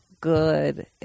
good